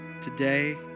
today